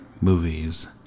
movies